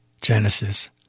Genesis